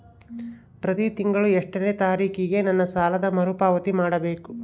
ಪ್ರತಿ ತಿಂಗಳು ಎಷ್ಟನೇ ತಾರೇಕಿಗೆ ನನ್ನ ಸಾಲದ ಮರುಪಾವತಿ ಮಾಡಬೇಕು?